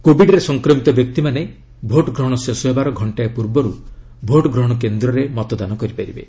କୋବିଡରେ ସଂକ୍ରମିତ ବ୍ୟକ୍ତିମାନେ ଭୋଟ ଗ୍ରହଣ ଶେଷ ହେବାର ଘଣ୍ଟାଏ ପୂର୍ବରୁ ଭୋଟ୍ ଗ୍ରହଣ କେନ୍ଦ୍ରରେ ମତଦାନ କରିପାରିବେ